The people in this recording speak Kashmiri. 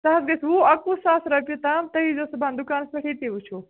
سُہ حظ گَژھہِ وُہ اَکہٕ وُہ ساس رۄپیہِ تام تُہۍ ییزیٚو صُبحن دُکانس پٮ۪ٹھ ییٚتی وٕچھو